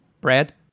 Brad